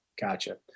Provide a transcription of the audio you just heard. Gotcha